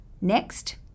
Next